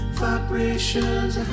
vibrations